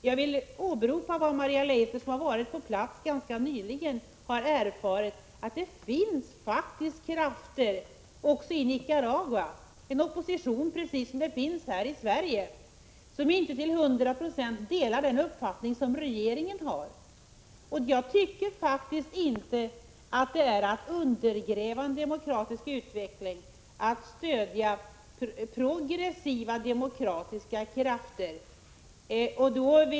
Jag vill åberopa vad Maria Leissner, som har varit på plats ganska nyligen, har erfarit, nämligen att det finns en opposition också i Nicaragua, precis som här i Sverige, som inte till hundra procent delar regeringens uppfattning. Jag tycker faktiskt inte att det är att undergräva en demokratisk utveckling om man stöder progressiva demokratiska krafter.